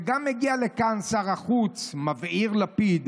וגם הגיע לכאן שר החוץ מבעיר לפיד,